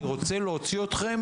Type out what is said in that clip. אני רוצה להוציא אתכם